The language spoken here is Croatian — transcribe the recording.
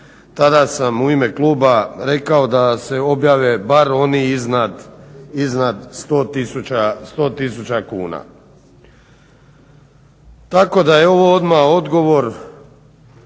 Tada sam u ime kluba rekao da se objave bar oni iznad 100 tisuća kuna. Tako da je ovo odmah odgovor